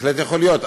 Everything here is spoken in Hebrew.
בהחלט יכול להיות.